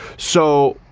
so,